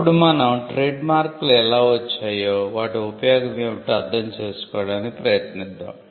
ఇప్పుడు మనం ట్రేడ్మార్కులు ఎలా వచ్చాయో వాటి ఉపయోగం ఏమిటో అర్థం చేసుకోవడానికి ప్రయత్నిద్దాం